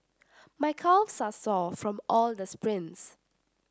my calves are sore from all the sprints